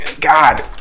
God